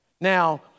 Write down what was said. Now